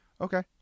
Okay